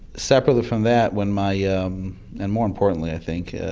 separately from that when my yeah um and more importantly i think,